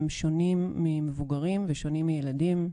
הם שונים ממבוגרים ושונים מילדים.